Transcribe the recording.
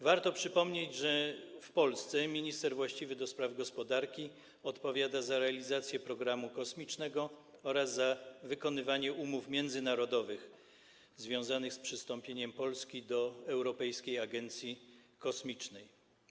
Warto przypomnieć, że w Polsce minister właściwy do spraw gospodarki odpowiada za realizację programu kosmicznego oraz za wykonywanie umów międzynarodowych związanych z przystąpieniem Polski do Europejskiej Agencji Kosmicznej.